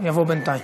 יבוא בינתיים.